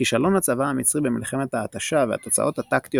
כישלון הצבא המצרי במלחמת ההתשה והתוצאות הטקטיות